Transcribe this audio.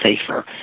safer